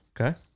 Okay